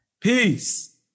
Peace